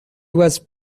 was